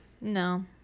no